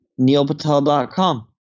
NeilPatel.com